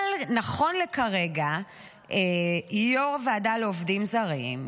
אבל נכון לכרגע יו"ר הוועדה לעובדים זרים,